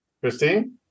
Christine